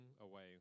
away